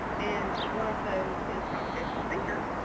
and one of those is computational thinker,